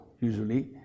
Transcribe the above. usually